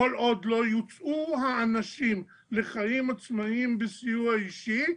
כל עוד לא יוצאו האנשים לחיים עצמאיים בסיוע אישי,